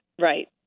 Right